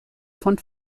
von